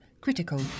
critical